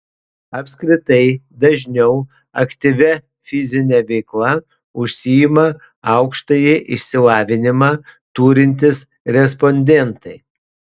apskritai dažniau aktyvia fizine veikla užsiima aukštąjį išsilavinimą turintys respondentai